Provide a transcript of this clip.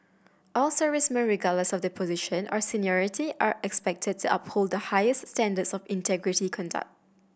all servicemen regardless of their position or seniority are expected to uphold the highest standards of integrity conduct